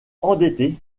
endetté